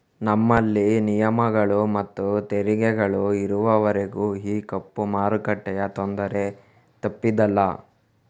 ನಮ್ಮಲ್ಲಿ ನಿಯಮಗಳು ಮತ್ತು ತೆರಿಗೆಗಳು ಇರುವವರೆಗೂ ಈ ಕಪ್ಪು ಮಾರುಕಟ್ಟೆಯ ತೊಂದರೆ ತಪ್ಪಿದ್ದಲ್ಲ